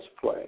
play